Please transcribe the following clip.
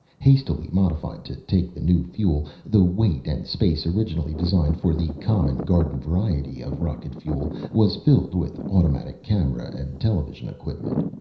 hastily modified to take the new fuel, the weight and space originally designed for the common garden variety of rocket fuel was filled with automatic camera and television equipment.